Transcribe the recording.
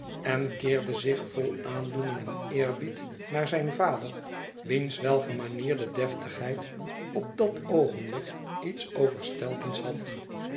en keerde zich vol aandoening en eerbied naar zijn vader wiens welgemanierde deftigheid op dat oogenblik iets overstelpends had